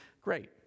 great